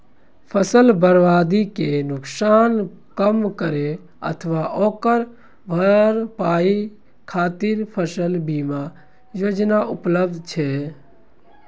फसल बर्बादी के नुकसान कम करै अथवा ओकर भरपाई खातिर फसल बीमा योजना उपलब्ध छै